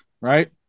right